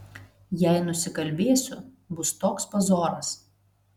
jei nusikalbėsiu bus toks pazoras